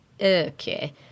okay